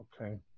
Okay